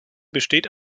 besteht